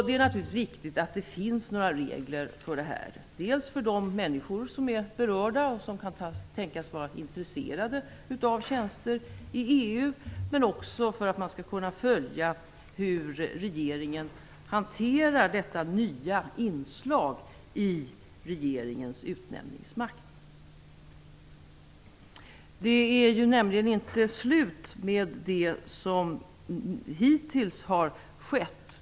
Det är naturligtvis viktigt att det finns regler för detta, dels för de människor som är berörda och som kan tänkas vara intresserade av tjänster i EU, dels för att man skall kunna följa hur regeringen hanterar detta nya inslag i regeringens utnämningsmakt. Det är nämligen inte slut med det som hittills har skett.